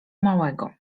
małego